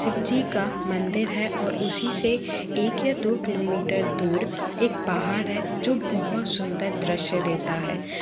शिव जी का मंदिर है और उसी से एक या दो किलोमीटर दूर एक पहाड़ है जो बहुत सुंदर दृश्य देता है